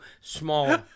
small